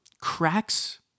cracks